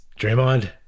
Draymond